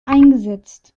eingesetzt